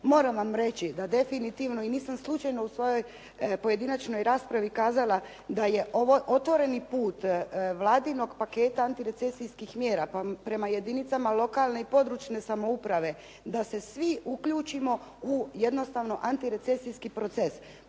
moram vam reći da definitivno i nisam slučajno u svojoj pojedinačnoj raspravi kazala da je ovo otvoreni put vladinog paketa antirecesijskih mjera, pa prema jedinicama lokalne i područne samouprave da se svi uključimo u jednostavno antirecesijski proces.